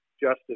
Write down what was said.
justice